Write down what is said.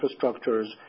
infrastructures